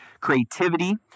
creativity